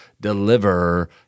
deliver